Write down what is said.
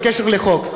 בקשר לחוק,